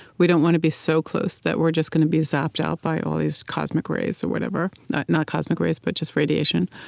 we don't want to be so close that we're just going to be zapped out by all these cosmic rays or whatever not not cosmic rays, but just radiation.